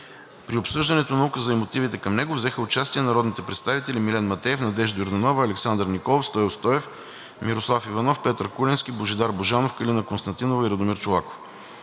При обсъждането на Указа и мотивите към него взеха участие народните представители Милен Матеев, Надежда Йорданова, Александър Николов, Стою Стоев, Мирослав Иванов, Петър Куленски, Божидар Божанов, Калина Константинова и Радомир Чолаков.